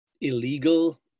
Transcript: illegal